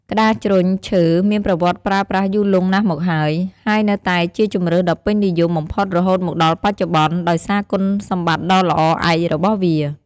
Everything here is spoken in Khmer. ក្ដារជ្រុញឈើមានប្រវត្តិប្រើប្រាស់យូរលង់ណាស់មកហើយ ហើយនៅតែជាជម្រើសដ៏ពេញនិយមបំផុតរហូតមកដល់បច្ចុប្បន្ន ដោយសារគុណសម្បត្តិដ៏ល្អឯករបស់វា។